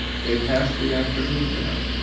they passed the afternoon there.